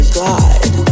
glide